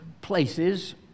places